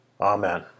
Amen